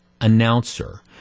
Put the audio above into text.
announcer